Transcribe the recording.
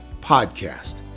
podcast